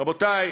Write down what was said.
רבותי,